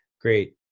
great